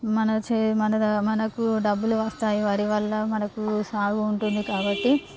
మన చే మన మనకు డబ్బులు వస్తాయి వరి వల్ల మనకు సాగు ఉంటుంది కాబట్టి